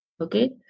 Okay